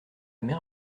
mer